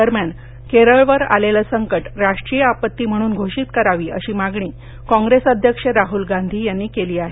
दरम्यान केरळवर आलेलं संकट राष्ट्रीय आपत्ती म्हणून घोषित करावी अशी मागणी कॉप्रेस अध्यक्ष राहुल गांधी यांनी केली आहे